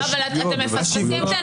לא, אבל אתם מפספסים את הנקודה.